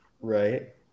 Right